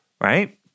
right